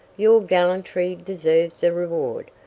your gallantry deserves a reward.